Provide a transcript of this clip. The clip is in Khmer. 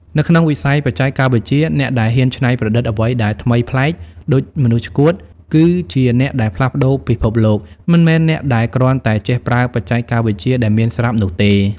នៅក្នុងវិស័យបច្ចេកវិទ្យា អ្នកដែលហ៊ានច្នៃប្រឌិតអ្វីដែលថ្មីប្លែក (ដូចមនុស្សឆ្កួត) គឺជាអ្នកដែលផ្លាស់ប្តូរពិភពលោក មិនមែនអ្នកដែលគ្រាន់តែចេះប្រើបច្ចេកវិទ្យាដែលមានស្រាប់នោះទេ។